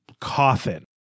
coffin